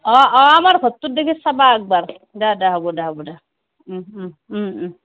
অঁ অঁ আমাৰ ঘৰটোতদিগি চাবা আকবাৰ দে দে হ'ব দে হ'ব দে